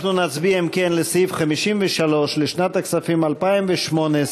אם כן, אנחנו נצביע על סעיף 53 לשנת הכספים 2018,